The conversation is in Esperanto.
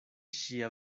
ŝia